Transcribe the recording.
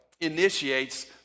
initiates